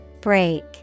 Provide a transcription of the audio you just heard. Break